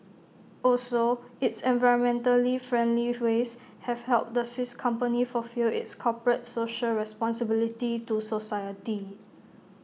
also its environmentally friendly ways have helped the Swiss company fulfil its corporate social responsibility to society